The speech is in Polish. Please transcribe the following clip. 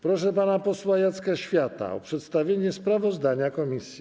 Proszę pana posła Jacka Świata o przedstawienie sprawozdania komisji.